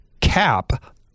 cap